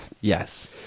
Yes